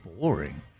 boring